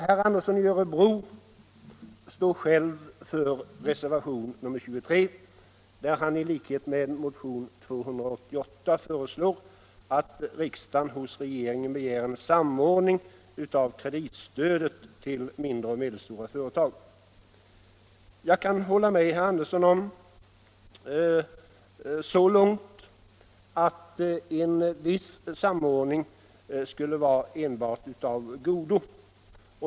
Herr Andersson i Örebro står ensam för reservation 23, som i likhet med motionen 288 föreslår att riksdagen hos regeringen skall begära en samordning av kreditstödet till mindre och medelstora företag. Jag kan hålla med herr Andersson så långt att en viss samordning skulle vara enbart av godo.